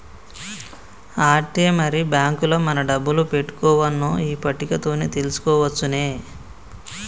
ఆట్టే మరి బాంకుల మన డబ్బులు పెట్టుకోవన్నో ఈ పట్టిక తోటి తెలుసుకోవచ్చునే